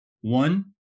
one